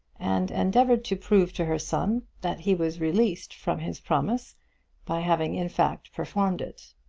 and endeavoured to prove to her son that he was released from his promise by having in fact performed it.